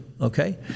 Okay